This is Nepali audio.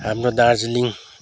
हाम्रो दार्जिलिङ